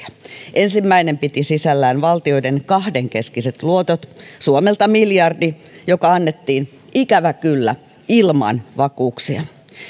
ensimmäinen piti sisällään valtioiden kahdenkeskiset luotot suomelta miljardin joka annettiin ikävä kyllä ilman vakuuksia